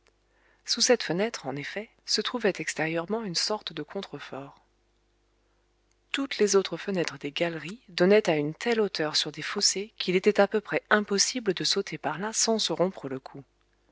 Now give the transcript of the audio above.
sous cette fenêtre en effet se trouvait extérieurement une sorte de contrefort toutes les autres fenêtres des galeries donnaient à une telle hauteur sur des fossés qu'il était à peu près impossible de sauter par là sans se rompre le cou